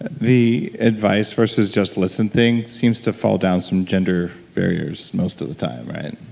the advice versus just listen thing seems to fall down some gender barriers most of the time, right?